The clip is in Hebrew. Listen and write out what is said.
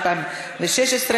התשע"ו 2016,